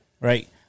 Right